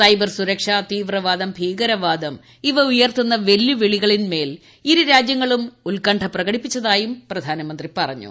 cyber സുരക്ഷ തീവ്രവാദം ഭീകരവാദം ഇവ ഉയർത്തുന്ന വെല്ലുവിളികളിൻമേൽ ഇരു രാജ്യങ്ങളും ഉത്കണ്ഠ പ്രകടിപ്പിച്ചതായും പ്രധാനമന്ത്രി പറഞ്ഞു